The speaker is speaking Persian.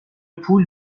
پول